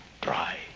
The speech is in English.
dry